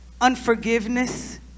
unforgiveness